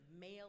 male